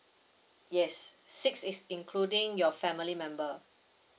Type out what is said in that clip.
yes six is including your family member